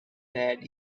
dead